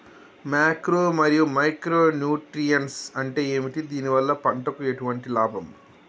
Macro మరియు micro nutrients అంటే ఏమిటి? దీనివల్ల పంటకు ఎటువంటి లాభం?